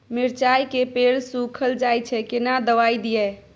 मिर्चाय के पेड़ सुखल जाय छै केना दवाई दियै?